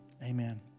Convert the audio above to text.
Amen